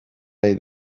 nahi